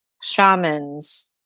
shamans